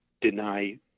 deny